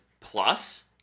Plus